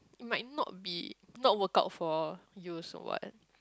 it might not be not work out for you also what